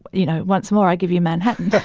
but you know, once more, i give you manhattan